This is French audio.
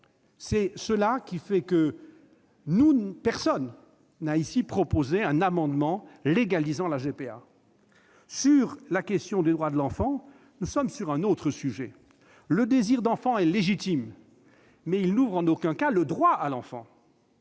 C'est pourquoi personne n'a proposé, ici, un amendement légalisant la GPA. La question des droits de l'enfant est un autre sujet. Le désir d'enfant est légitime, mais il n'ouvre en aucun cas le droit à l'enfant.